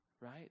right